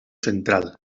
central